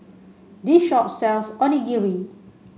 this shop sells Onigiri